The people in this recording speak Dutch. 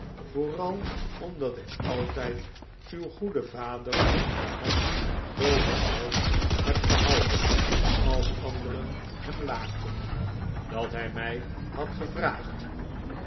vooral omdat ik altijd uw goeden vader de hand boven het hoofd heb gehouden als anderen hem laakten dat hij mij had gevraagd